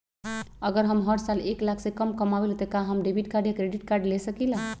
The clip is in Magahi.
अगर हम हर साल एक लाख से कम कमावईले त का हम डेबिट कार्ड या क्रेडिट कार्ड ले सकीला?